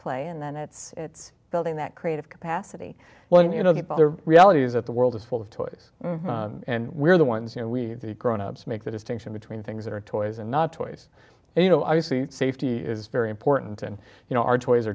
play and then it's it's building that creative capacity well you know that but the reality is that the world is full of toys and we're the ones you know we grownups make the distinction between things that are toys and not toys and you know obviously safety is very important and you know our toys